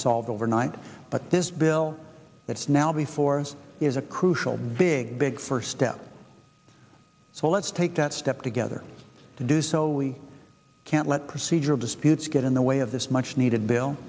solved overnight but this bill that is now before us is a crucial very big big first so let's take that step together to do so we can't let procedural disputes get in the way of this much needed bill